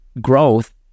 growth